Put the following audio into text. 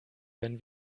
wenn